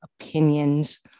opinions